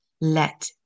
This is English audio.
Let